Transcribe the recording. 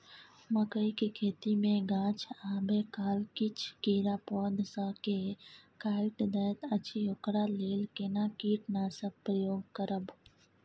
मकई के खेती मे गाछ आबै काल किछ कीरा पौधा स के काइट दैत अछि ओकरा लेल केना कीटनासक प्रयोग करब?